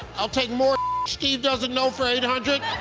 i'll take more steve doesn't know for eight hundred.